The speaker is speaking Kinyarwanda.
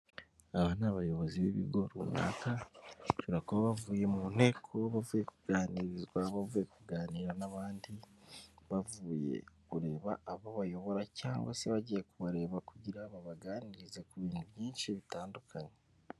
Aba ni abayobozi b'ibigo runaka, bashobora kuba bavuye mu nteko, bavuye kuganirizwa, bavuye kuganira n'abandi, bavuye kureba abo bayobora, cyangwa se bagiye kubareba kugira babaganirize ku bintu byinshi bitandukanye.